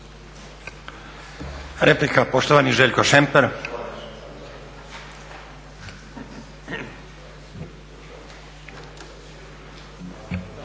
Replika, poštovani Ivan Šuker.